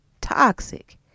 toxic